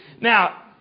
Now